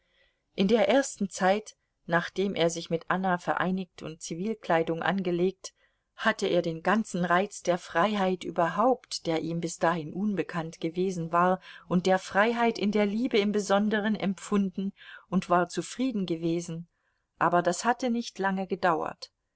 in der ersten zeit nachdem er sich mit anna vereinigt und zivilkleidung angelegt hatte er den ganzen reiz der freiheit überhaupt der ihm bis dahin unbekannt gewesen war und der freiheit in der liebe im besonderen empfunden und war zufrieden gewesen aber das hatte nicht lange gedauert